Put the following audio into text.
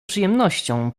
przyjemnością